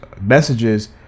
messages